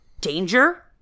danger